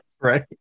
right